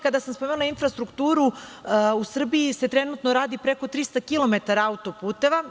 Kada sam spomenula infrastrukturu, u Srbiji se trenutno radi preko 300 kilometara autoputeva.